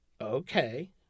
okay